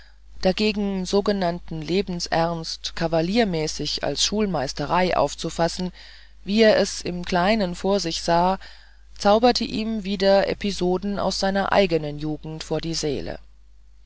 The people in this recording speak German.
dagegen sogenannten lebensernst kavaliermäßig als schulmeisterei aufzufassen wie er es im kleinen vor sich sah zauberte ihm wieder episoden aus der eigenen jugend vor die seele